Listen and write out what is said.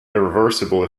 irreversible